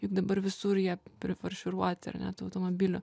juk dabar visur jie prifarširuoti ar ne tų automobilių